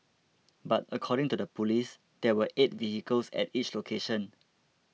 but according to the police there were eight vehicles at each location